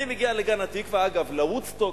אני מגיע לגן-התקווה, אגב, ב"וודסטוק"